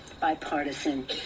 bipartisan